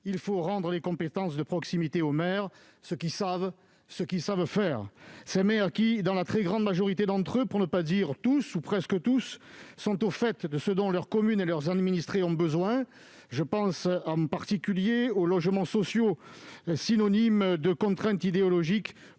Il faut rendre les compétences de proximité aux maires, c'est-à-dire à ceux qui savent et savent faire. Ces maires qui, pour la très grande majorité d'entre eux- pour ne pas dire tous ou presque tous -, sont au fait de ce dont leur commune et leurs administrés ont besoin. Je pense en particulier aux logements sociaux, synonymes de contraintes idéologiques